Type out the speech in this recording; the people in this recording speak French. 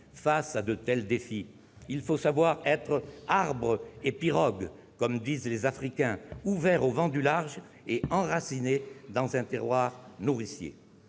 Face à de tels défis, il faut savoir être « arbre et pirogue », comme disent les Africains, « ouvert aux vents du large et enraciné dans un terroir nourricier ».